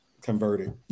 converted